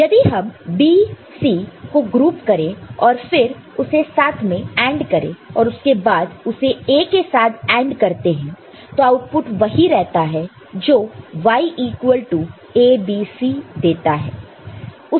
तो यदि हम BC को ग्रुप करें और फिर उसे साथ में AND करें और उसके बाद उसे A के साथ AND करते हैं तो आउटपुट वही रहता है जो Y इक्वल टू ABC देता है